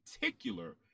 particular